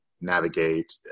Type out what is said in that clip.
navigate